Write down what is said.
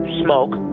smoke